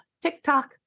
TikTok